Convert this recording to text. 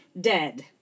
dead